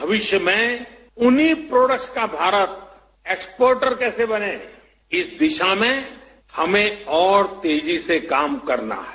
भविष्य में उन्हीं प्रोडक्ट का भारत एक्स पोर्टर कैसे बने इस दिशा में हमें और तेजी से काम करना है